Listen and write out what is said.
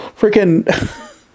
freaking